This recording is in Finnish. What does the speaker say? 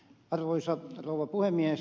arvoisa rouva puhemies